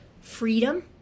freedom